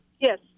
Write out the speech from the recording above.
Yes